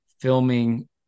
filming